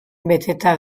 beteta